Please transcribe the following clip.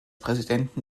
präsidenten